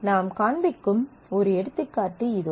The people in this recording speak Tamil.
நாம் காண்பிக்கும் ஒரு எடுத்துக்காட்டு இதோ